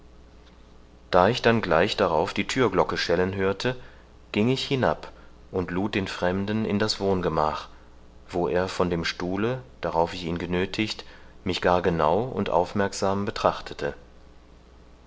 da ich dann gleich darauf die thürglocke schellen hörte ging ich hinab und lud den fremden in das wohngemach wo er von dem stuhle darauf ich ihn genöthigt mich gar genau und aufmerksam betrachtete